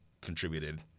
contributed